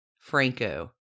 Franco